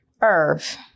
Irv